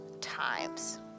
times